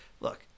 look